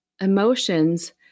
Emotions